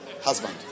husband